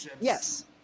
Yes